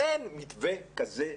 אין למשרד החינוך מתווה כזה.